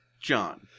John